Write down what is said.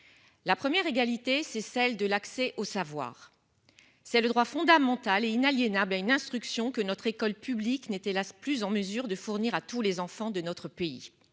La première égalité c'est celle de l'accès au savoir. C'est le droit fondamental et inaliénable à une instruction que notre école publique n'était hélas plus en mesure de fournir à tous les enfants de notre pays.